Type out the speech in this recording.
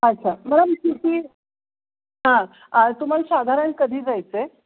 अच्छा मॅडम किती हां तुम्हाला साधारण कधी जायचं आहे